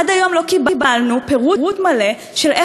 עד היום לא קיבלנו פירוט מלא על הדרך